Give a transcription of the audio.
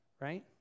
right